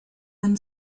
then